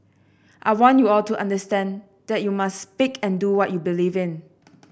I want you all to understand that you must speak and do what you believe in